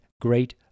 great